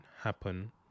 happen